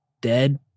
dead